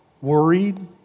worried